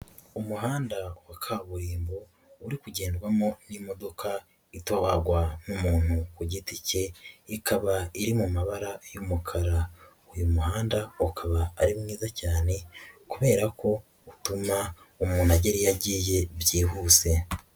Umuhanda wa kaburimbo, uri kugendwamo n'imodoka itwagwa n'umuntu ku giti cye, ikaba iri mu mabara y'umukara, uyu muhanda ukaba ari mwiza cyane kubera ko utuma umuntu agera yagiye byihuse.